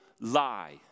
lie